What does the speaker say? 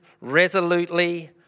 resolutely